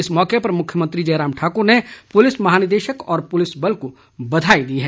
इस मौके पर मुख्यमंत्री जयराम ठाकुर ने पुलिस महानिदेशक और पुलिस बल को बधाई दी है